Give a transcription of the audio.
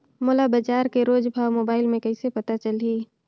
मोला बजार के रोज भाव मोबाइल मे कइसे पता चलही?